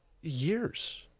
years